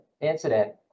incident